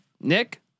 Nick